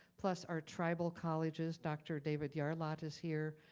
plus, our tribal colleges, dr. david yarlott is here.